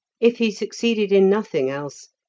if he succeeded in nothing else,